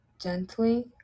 gently